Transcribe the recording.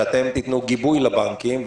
שאתם תתנו גיבוי לבנקים.